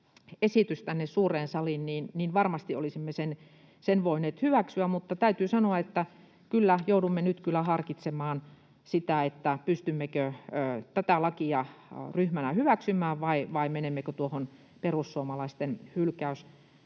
esitys tänne suureen saliin, niin varmasti olisimme sen voineet hyväksyä. Mutta täytyy sanoa, että kyllä, joudumme nyt kyllä harkitsemaan, pystymmekö tätä lakia ryhmänä hyväksymään vai menemmekö tuohon perussuomalaisten